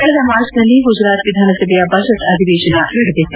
ಕಳೆದ ಮಾರ್ಚ್ನಲ್ಲಿ ಗುಜರಾತ್ ವಿಧಾನಸಭೆಯ ಬಜೆಟ್ ಅಧಿವೇಶನ ನಡೆದಿತ್ತು